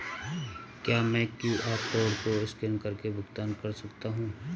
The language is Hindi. क्या मैं क्यू.आर कोड को स्कैन करके भुगतान कर सकता हूं?